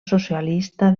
socialista